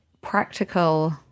practical